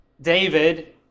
David